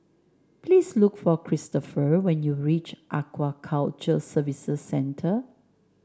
please look for Kristopher when you reach Aquaculture Services Centre